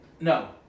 No